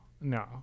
no